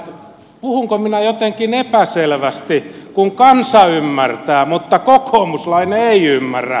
puhunko minä jotenkin epäselvästi kun kansa ymmärtää mutta kokoomuslainen ei ymmärrä